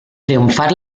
triomfar